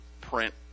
print